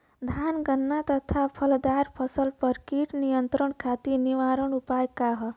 धान गन्ना तथा फलदार फसल पर कीट नियंत्रण खातीर निवारण उपाय का ह?